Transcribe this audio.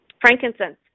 Frankincense